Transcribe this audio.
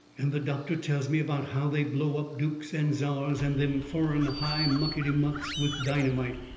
and the doctor tells me about how they blow up dukes and czars and them foreign high-mucky-mucks with dynamite.